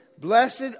Blessed